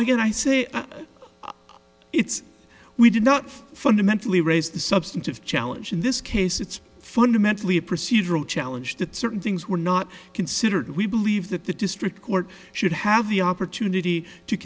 again i say it's we did not fundamentally raise the substantive challenge in this case it's fundamentally a procedural challenge that certain things were not considered we believe that the district court should have the opportunity